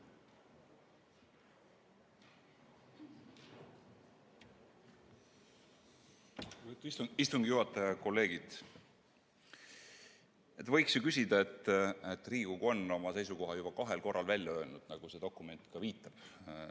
Istungi juhataja! Kolleegid! Võiks ju öelda, et Riigikogu on oma seisukoha juba ju kahel korral välja öelnud, nagu see dokument ka viitab